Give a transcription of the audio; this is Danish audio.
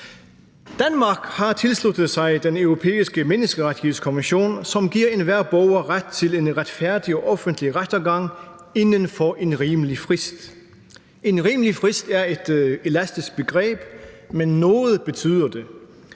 Danmark har tilsluttet sig Den Europæiske Menneskerettighedskonvention, som giver enhver borger ret til en retfærdig og offentlig rettergang inden for en rimelig frist. »En rimelig frist« er et elastisk begreb, men noget betyder det.